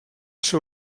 seu